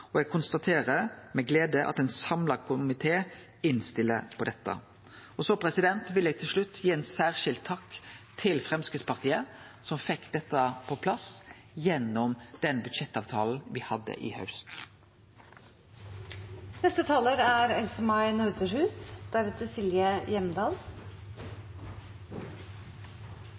Og eg konstaterer med glede at ein samla komité innstiller på dette. Så vil eg til slutt gi ein særskilt takk til Framstegspartiet, som fekk dette på plass gjennom den budsjettavtalen me hadde i